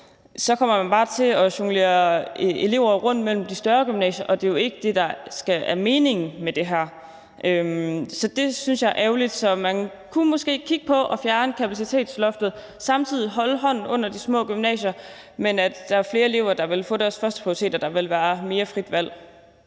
kommer til at jonglere rundt mellem de større gymnasier, og det er jo ikke det, der er meningen med det her. Det synes jeg er ærgerligt, så man kunne måske kigge på at fjerne kapacitetsloftet og samtidig holde hånden under de små gymnasier. Så ville der være flere elever, der ville få deres førsteprioritet opfyldt, og der ville være mere frit valg.